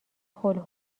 هول